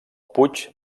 puig